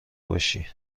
باشی